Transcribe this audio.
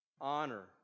Honor